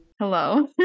Hello